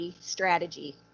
strategy